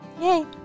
Yay